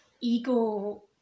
ego